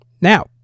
Now